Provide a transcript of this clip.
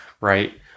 right